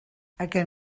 aquest